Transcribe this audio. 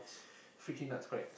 freaking nuts correct